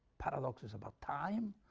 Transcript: paradox is about time,